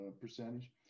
percentage